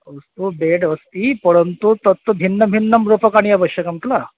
अस्तु बेड् अस्ति परन्तु तत् भिन्न भिन्नं रूपकाणि आवश्यकं किल